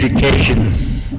Education